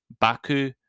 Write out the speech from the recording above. Baku